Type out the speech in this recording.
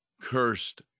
cursed